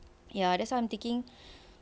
ya that's why I'm thinking